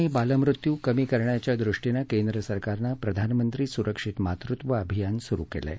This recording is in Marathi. माता आणि बालमृत्यू कमी करण्याच्या दृष्टीनं केंद्र सरकारनं प्रधानमंत्री सुरक्षित मातृत्व अभियान सुरु केलं आहे